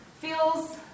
feels